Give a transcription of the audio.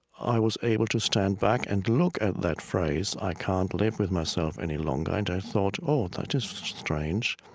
i was able to stand back and look at that phrase i can't live with myself any longer. and i thought, oh, that is strange.